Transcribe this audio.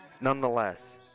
Nonetheless